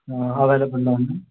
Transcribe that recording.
అవైలబుల్లో ఉన్నాయి